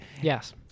Yes